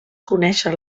conèixer